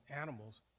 animals